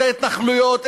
את ההתנחלויות,